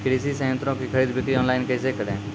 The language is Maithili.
कृषि संयंत्रों की खरीद बिक्री ऑनलाइन कैसे करे?